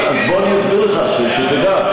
אז בוא אני אסביר לך, בשביל שתדע,